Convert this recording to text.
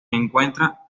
encuentra